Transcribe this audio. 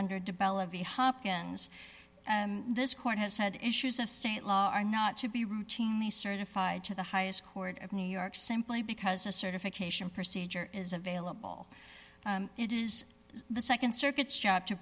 under developed the hopkins and this court has had issues of state law are not to be routinely certified to the highest court of new york simply because a certification procedure is available it is the nd circuits job to